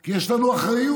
כי יש לנו אחריות,